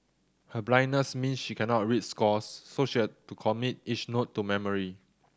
her blindness means she cannot read scores so she has to commit each note to memory